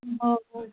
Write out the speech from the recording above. हय